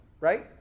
right